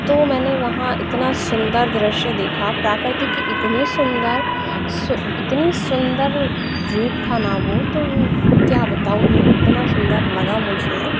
तो मैंने वहाँ इतना सुन्दर दृश्य देखा प्रकृति की इतनी सुन्दर इतनी सुन्दर रूप था न वो तो क्या बताऊं मैं इतना सुन्दर लगा मुझे